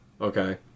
Okay